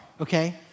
Okay